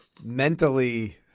mentally